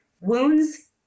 wounds